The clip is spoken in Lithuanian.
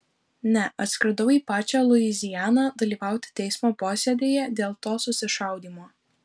ne atskridau į pačią luizianą dalyvauti teismo posėdyje dėl to susišaudymo